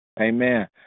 Amen